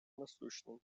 насущным